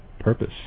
purpose